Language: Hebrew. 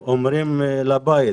אומרים לבית,